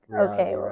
okay